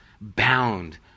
bound